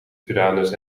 uranus